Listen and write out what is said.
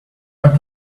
not